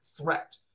threat